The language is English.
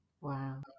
wow